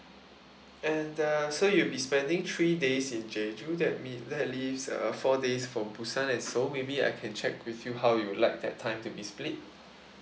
and the so you'll be spending three days in jeju that mean that leaves uh four days for busan and seoul maybe I can check with you how you like that time to be split